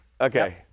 Okay